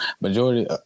majority